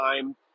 time